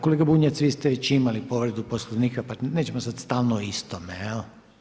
Kolega Bunjac, vi ste već imali povredu Poslovnika, pa nećemo sad stalno o istome, jel.